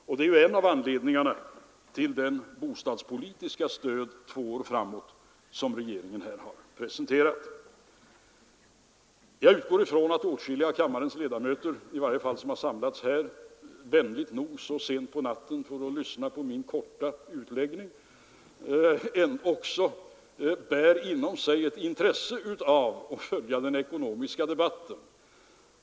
Och det är en av anledningarna till det bostadspolitiska stöd två år framåt som regeringen här har presenterat. Jag utgår från att åtskilliga av kammarens ledamöter — i varje fall de som vänligt nog har samlats här så sent på natten för att lyssna på min korta utläggning — bär inom sig ett intresse för att följa den ekonomiska debatten.